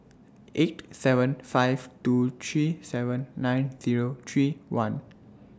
eight seven five two three seven nine Zero three one